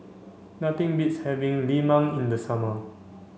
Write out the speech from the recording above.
nothing beats having Lemang in the summer